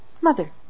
mother